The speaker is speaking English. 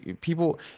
people